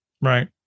Right